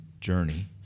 journey